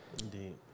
Indeed